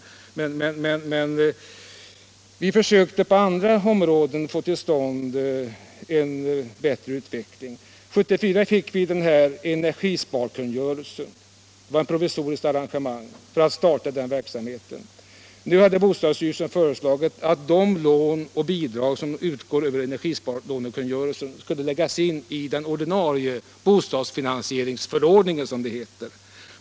Vi har försökt att på en del områden få till stånd en bättre utveckling. 1974 fick vi energisparkungörelsen som ett provisoriskt arrangemang. Nu har bostadsstyrelsen föreslagit att de lån och bidrag som utgår genom energisparkungörelsen skulle läggas in i den ordinarie bostadsfinansie ringsförordningen.